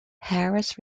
harris